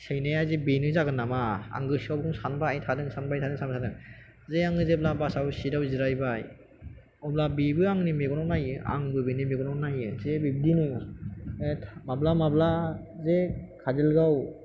सैनाया जे बेनो जागोन नामा आं गोसोआवनो सानबाय थादों सानबाय थादों सानबाय थादों जे आङो जेब्ला बासआव सिटआव जिरायबाय अब्ला बेबो आंनि मेगनाव नायो आंबो बिनि मेगनाव नायो बे बिब्दिनो माब्ला माब्ला जे काजलगाव